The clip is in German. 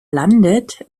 landet